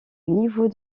niveau